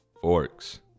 forks